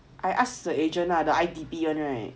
I asked the agent ah the I_D_B [one] right